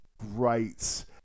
great